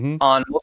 On